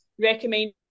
recommend